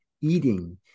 eating